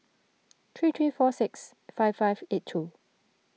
three three four six five five eight two